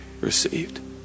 received